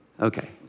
okay